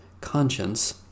conscience